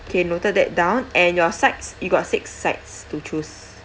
okay noted that down and your sides you got six sides to choose